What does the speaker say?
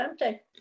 empty